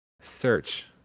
Search